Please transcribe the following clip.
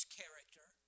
character